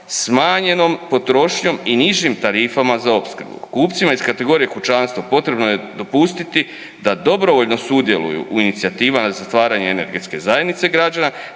smanjenom potrošnjom i nižim tarifama za opskrbu. Kupcima iz kategorije kućanstva potrebno je dopustiti da dobrovoljno sudjeluju u inicijativama za stvaranje energetske zajednice građana